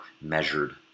measured